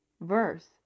verse